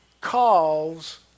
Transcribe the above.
calls